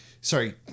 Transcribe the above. sorry